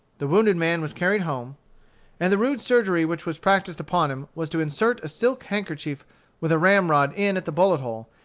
the wounded man was carried home and the rude surgery which was practised upon him was to insert a silk handkerchief with a ramrod in at the bullet-hole,